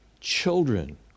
children